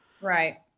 Right